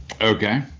Okay